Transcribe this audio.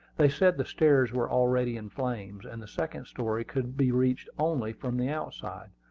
they said the stairs were already in flames, and the second story could be reached only from the outside.